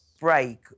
break